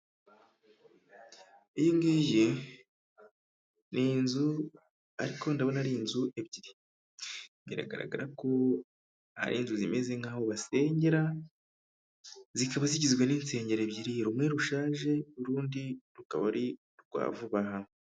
Iyo ngiyi ni inzu ariko ndabona ari inzu ebyiri biragaragara ko ari inzu zimeze nkaho basenyera zikaba zigizwe n'insengero ebyiri rumwe rushaje urundi rukaba ari urwa vuba aha.